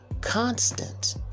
constant